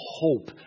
hope